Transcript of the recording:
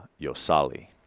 Yosali